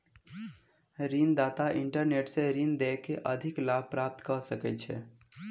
ऋण दाता इंटरनेट सॅ ऋण दय के अधिक लाभ प्राप्त कय सकै छै